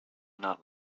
not